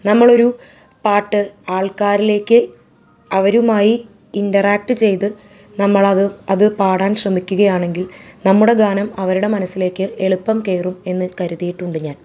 നമ്മൾ ഒരു പാട്ട് ആൾക്കാരിലേക്ക് അവരുമായി ഇൻറ്ററാക്റ്റ് ചെയ്ത് നമ്മൾ അത് അത് പാടാൻ ശ്രമിക്കുക ആണെങ്കിൽ നമ്മുടെ ഗാനം അവരുടെ മനസ്സിലേക്ക് എളുപ്പം കയറും എന്ന് കരുതിയിട്ടുണ്ട് ഞാൻ